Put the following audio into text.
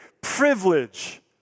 privilege